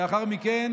ולאחר מכן